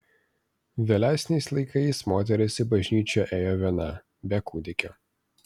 vėlesniais laikais moteris į bažnyčią ėjo viena be kūdikio